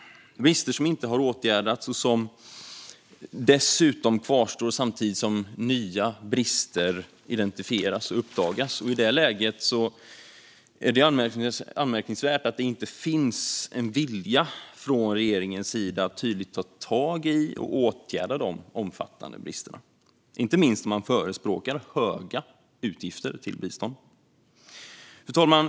Det är brister som inte har åtgärdats och som dessutom kvarstår samtidigt som nya brister identifieras och uppdagas. I det läget är det anmärkningsvärt att det inte finns en vilja från regeringens sida att tydligt ta tag i och åtgärda de omfattande bristerna, inte minst om man förespråkar stora utgifter till bistånd. Fru talman!